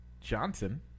johnson